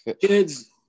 kids